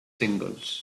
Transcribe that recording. singles